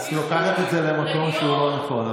את לוקחת את זה למקום שהוא לא נכון,